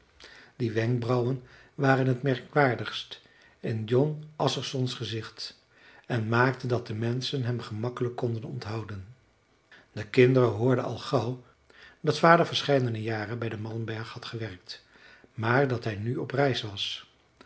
die wenkbrauwen waren t merkwaardigst in jon assarssons gezicht en maakten dat de menschen hem gemakkelijk konden onthouden de kinderen hoorden al gauw dat vader verscheidene jaren bij den malmberg had gewerkt maar dat hij nu op reis was